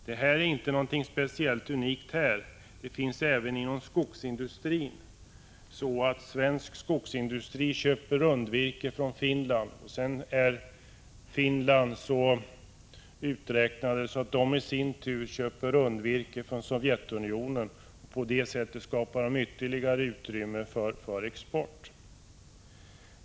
Det här är inte något unikt — det finns även inom skogsindustrin. Svensk skogsindustri köper rundvirke från Finland. Sedan är man i Finland så uträknande att man i sin tur köper rundvirke från Sovjetunionen. Därigenom skapar man ytterligare utrymme för export.